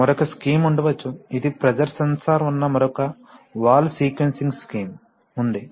మరొక స్కీం ఉండవచ్చు ఇది ప్రెజర్ సెన్సార్ ఉన్న మరొక వాల్వ్ సీక్వెన్సింగ్ స్కీం ఉంది